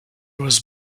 was